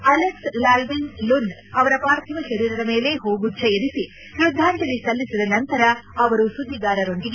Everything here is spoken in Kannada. ಅಲೆಕ್ಸ್ ಲಾಲ್ಮಿನ್ ಲುನ್ ಅವರ ಪಾರ್ಥಿವ ಶರೀರದ ಮೇಲೆ ಹೂಗುಚ್ದ ಇರಿಸಿ ತ್ರದ್ವಾಂಜಲಿ ಸಲ್ಲಿಸಿದ ನಂತರ ಅವರು ಸುದ್ದಿಗಾರರೊಂದಿಗೆ ಮಾತನಾಡಿದರು